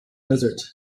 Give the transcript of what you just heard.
desert